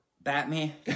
Batman